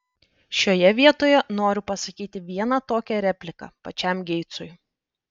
šioje vietoje noriu pasakyti vieną tokią repliką pačiam geitsui